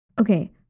Okay